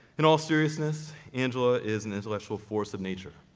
in all seriousness, angela is an intellectual force of nature,